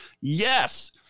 yes